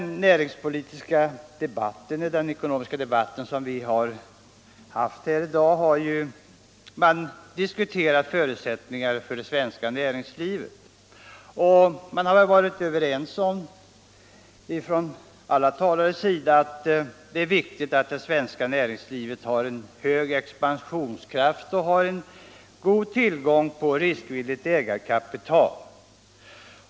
I dagens ekonomiska debatt har vi diskuterat förutsättningarna för det svenska näringslivet. Alla talare har varit överens om att det är viktigt att det svenska näringslivet har en hög expansionskraft och god tillgång på riskvilligt ägarkapital.